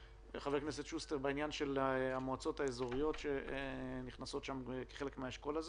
בעניין של המועצות האזוריות שנכנסות כחלק מהאשכול הזה.